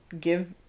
give